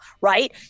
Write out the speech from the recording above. right